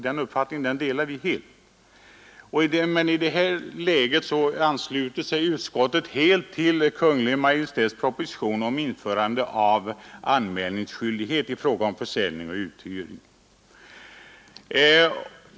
Den uppfattningen delas av oss motionärer, men utskottet ansluter sig helt till Kungl. Maj:ts proposition och tillstyrker införande av anmälningsskyldighet i fråga om försäljning och uthyrning.